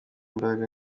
imbaraga